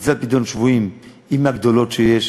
מצוות פדיון שבויים היא מהגדולות שיש,